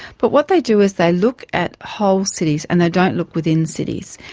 but what they do is they look at whole cities and they don't look within cities.